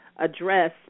address